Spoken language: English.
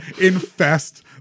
infest